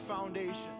foundation